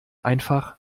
einfach